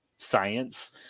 science